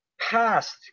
past